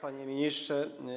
Panie Ministrze!